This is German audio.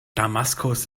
damaskus